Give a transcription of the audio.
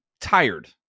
tired